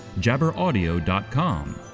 jabberaudio.com